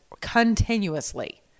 continuously